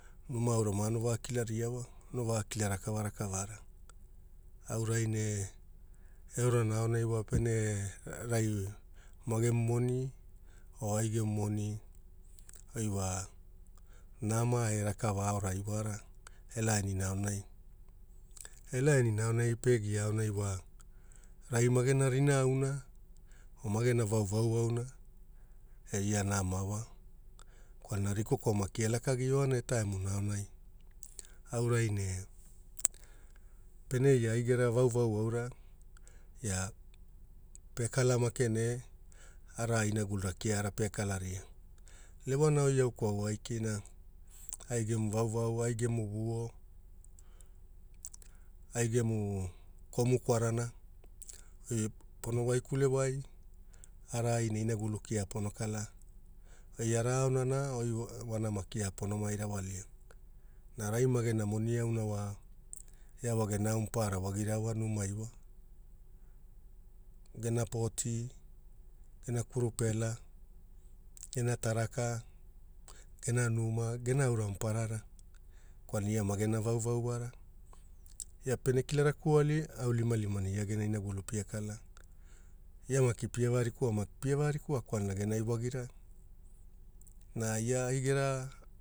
Numa aura maaono vakilaria wa, ono vakila rakava rakavara. Aurai ne eorana aonai wa pene rai magemu moni oo ai gemu moni, oi wa nama e rakava aorai wara, elaanina aonai. Elaanina aonai pegia wa, rai magena rinaa auna, magena vauvau auna e ia nama wa, kwalana rikoko maki elakagi oaana etaemuna aonai. Aurai ne pene ia ai gera vauvau aura, ia pekala make ne araai inagulura kiara pekalaria, lewana oi au kwaua akina ai gemu vauvau, ai gemu vuo, ai gemu komu kwarana, oi pono waikulewai araai ne inagulu kia pono kalaa, oi araa aonana oi wanama kia ponomai rawalia. Na rai magena moni auna wa, ia wa gena aura mapaara wagira wa numai. Gena poti, gena kurupela, gena taraka, gena numa, gena aura mapaara kwalana ia magena vauvau wara. Ia pene kila rakuali, aulimalimana gena inagulu pia kala, ia maki pia varikua maki pia varikua kwalana genai wagira na ia ai gera